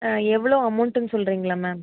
எவ்வளோ அமௌண்ட்டுன்னு சொல்லுறிங்களா மேம்